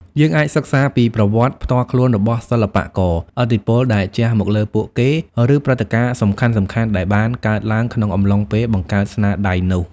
យើងអាចសិក្សាពីប្រវត្តិផ្ទាល់ខ្លួនរបស់សិល្បករ ឥទ្ធិពលដែលជះមកលើពួកគេ ឬព្រឹត្តិការណ៍សំខាន់ៗដែលបានកើតឡើងក្នុងអំឡុងពេលបង្កើតស្នាដៃនោះ។